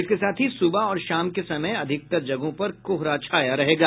इसके साथ ही सुबह और शाम के समय अधिकतर जगहों पर कोहरा छाया रहेगा